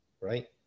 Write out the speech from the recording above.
right